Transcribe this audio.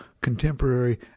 contemporary